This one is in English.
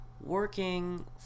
working